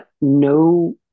no